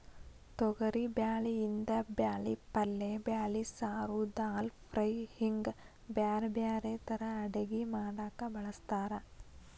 ತೊಗರಿಬ್ಯಾಳಿಯಿಂದ ಬ್ಯಾಳಿ ಪಲ್ಲೆ ಬ್ಯಾಳಿ ಸಾರು, ದಾಲ್ ಫ್ರೈ, ಹಿಂಗ್ ಬ್ಯಾರ್ಬ್ಯಾರೇ ತರಾ ಅಡಗಿ ಮಾಡಾಕ ಬಳಸ್ತಾರ